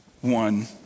one